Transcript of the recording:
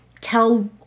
tell